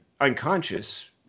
unconscious